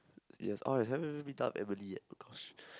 yes oh I haven't even meet up with Emily yet !oh gosh!